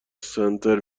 سنتر